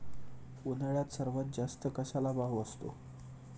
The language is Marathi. उन्हाळ्यात सर्वात जास्त कशाला भाव असतो?